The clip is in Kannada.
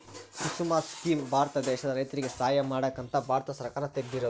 ಕುಸುಮ ಸ್ಕೀಮ್ ಭಾರತ ದೇಶದ ರೈತರಿಗೆ ಸಹಾಯ ಮಾಡಕ ಅಂತ ಭಾರತ ಸರ್ಕಾರ ತೆಗ್ದಿರೊದು